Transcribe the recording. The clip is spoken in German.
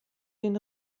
den